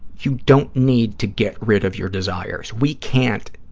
you don't need to get rid of your desires. we can't,